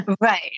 Right